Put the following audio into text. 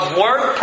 work